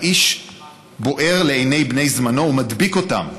האיש בוער לעיני בני זמנו ומדביק אותם.